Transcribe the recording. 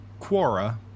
Quora